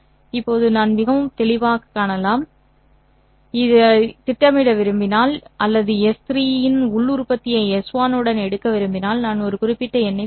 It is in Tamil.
இப்போது நான் மிகத் தெளிவாகக் காணலாம் நான் திட்டமிட விரும்பினால் அல்லது எஸ் 3 இன் உள் உற்பத்தியை எஸ் 1 உடன் எடுக்க விரும்பினால் நான் ஒரு குறிப்பிட்ட எண்ணைப் பெறுவேன்